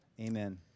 Amen